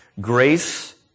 Grace